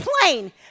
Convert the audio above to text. plane